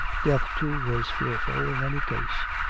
death, too, was fearful, in any case.